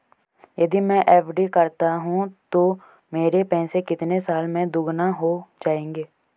यदि मैं एफ.डी करता हूँ तो मेरे पैसे कितने साल में दोगुना हो जाएँगे?